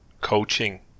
coaching